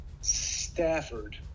Stafford